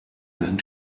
going